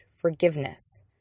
Forgiveness